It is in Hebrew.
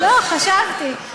לא, חשבתי.